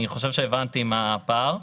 אני חושב שהבנתי מה הפער.